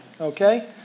Okay